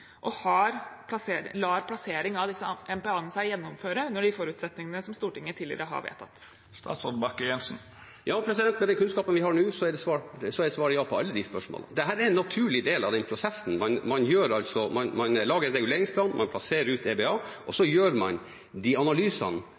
og lar plasseringen av disse MPA-ene seg gjennomføre under de forutsetningene som Stortinget tidligere har vedtatt? Ja – med den kunnskapen vi har nå, er svaret ja på alle de spørsmålene. Dette er en naturlig del av prosessen. Man lager en reguleringsplan, man plasserer ut EBA, og så gjør man de analysene